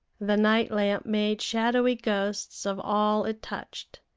the night-lamp made shadowy ghosts of all it touched,